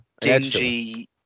dingy